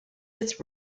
its